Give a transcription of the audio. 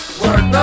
work